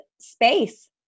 space